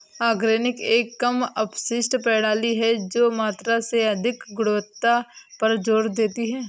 organic एक कम अपशिष्ट प्रणाली है जो मात्रा से अधिक गुणवत्ता पर जोर देती है